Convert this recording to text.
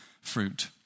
fruit